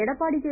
Edappadi K